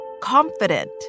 confident